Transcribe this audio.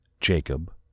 Jacob